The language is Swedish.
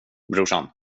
brorsan